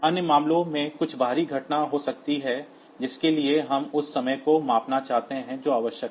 अन्य मामलों में कुछ बाहरी घटना हो सकती है जिसके लिए हम उस समय को मापना चाहते हैं जो आवश्यक है